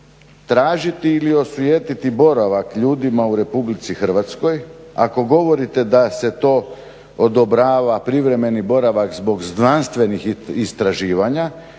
tražiti ili osujetiti boravak ljudima u RH, ako govorite da se to odobrava privremeni boravak zbog znanstvenih istraživanja